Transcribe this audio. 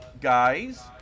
Guys